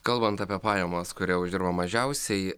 kalbant apie pajamas kurie uždirba mažiausiai